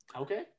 Okay